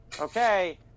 okay